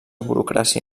burocràcia